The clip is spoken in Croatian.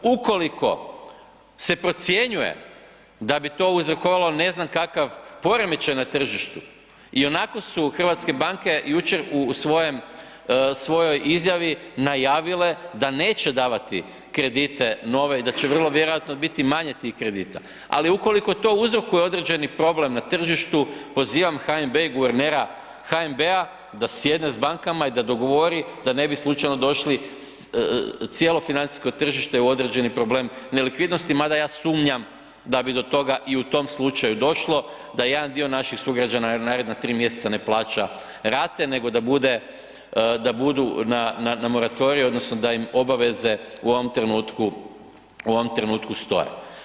Ukoliko se procjenjuje da bi to uzrokovalo ne znam kakav poremećaj na tržištu, ionako su hrvatske banke jučer u svojoj izjavi najavile da neće davati kredite nove i da će vrlo vjerovatno biti manje tih kredite, ali ukoliko to uzrokuje određeni problem na tržištu, pozivam HNB i guvernera HNB-a da sjedne s bankama i da dogovori da ne bi slučajno došli cijelo financijsko tržište u određeni problem nelikvidnosti mada ja sumnjam da bi do toga i u tom slučaju došlo, da jedan dio naših sugrađana naredna 3 mj. ne plaća rate nego da budu na moratoriju odnosno da im obaveze u ovom trenutku stoje.